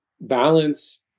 balance